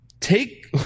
take